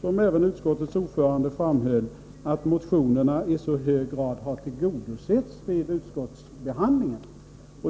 som utskottets ordförande framhöll, att motionerna i så hög grad har tillgodosetts vid utskottsbehandlingen.